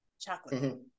Chocolate